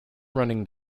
running